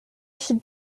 should